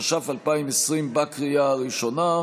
33), התש"ף 2020, לקריאה הראשונה.